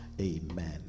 Amen